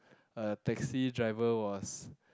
a taxi driver was